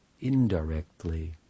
indirectly